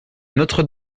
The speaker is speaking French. notre